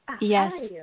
Yes